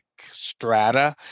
strata